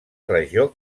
regió